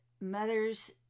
mother's